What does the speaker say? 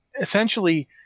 essentially